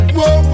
Whoa